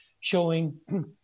showing